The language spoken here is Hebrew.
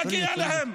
מגיע להם.